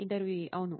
ఇంటర్వ్యూఈ అవును